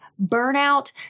burnout